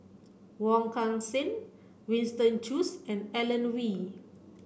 Wong Kan Seng Winston Choos and Alan Oei